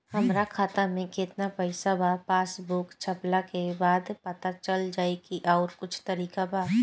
हमरा खाता में केतना पइसा बा पासबुक छपला के बाद पता चल जाई कि आउर कुछ तरिका बा?